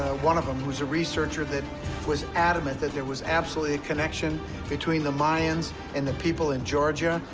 one of them, who's a researcher that was adamant that there was absolutely a connection between the mayans and the people in georgia.